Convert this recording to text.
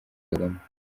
kagame